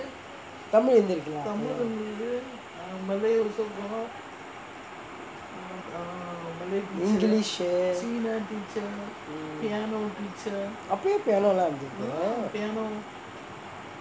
tamil இருந்திருக்கு:irunthirukku lah அப்பே:appae english uh அப்பயே:appayae piano லாம் இருந்திருக்கு:laam irunthirukku